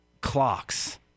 clocks